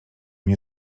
nie